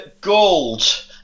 Gold